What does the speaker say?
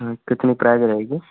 हाँ कितने किराए पर रहेगी